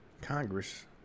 Congress